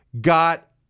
got